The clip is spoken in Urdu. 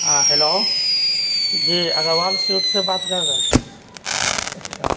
ہاں ہیلو جی اگروال سویٹ سے بات کر رہے ہیں اچھا